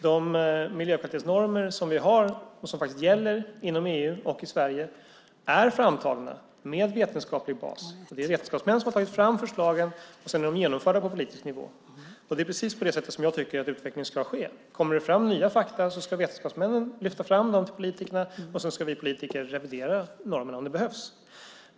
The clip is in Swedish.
De miljökvalitetsnormer som vi har och som faktiskt gäller inom EU och i Sverige är framtagna med vetenskaplig bas. Det är vetenskapsmän som har tagit fram förslagen, och sedan är de genomförda på politisk nivå. Det är precis på det sättet som jag tycker att utvecklingen ska ske. Kommer det fram nya fakta ska vetenskapsmännen lyfta fram dem till politikerna, och sedan ska vi politiker revidera normerna om det behövs.